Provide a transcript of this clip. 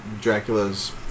Dracula's